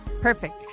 perfect